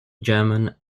german